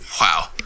wow